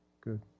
good